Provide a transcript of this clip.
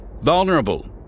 vulnerable